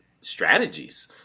strategies